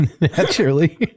naturally